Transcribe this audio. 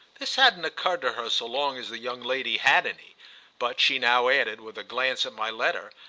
this hadn't occurred to her so long as the young lady had any but she now added, with a glance at my letter,